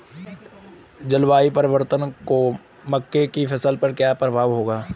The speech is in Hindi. जलवायु परिवर्तन का मक्के की फसल पर क्या प्रभाव होगा?